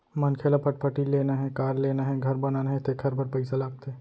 मनखे ल फटफटी लेना हे, कार लेना हे, घर बनाना हे तेखर बर पइसा लागथे